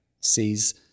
sees